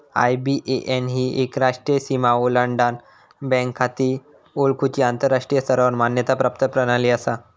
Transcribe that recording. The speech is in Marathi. आय.बी.ए.एन ही एक राष्ट्रीय सीमा ओलांडान बँक खाती ओळखुची आंतराष्ट्रीय स्तरावर मान्यता प्राप्त प्रणाली असा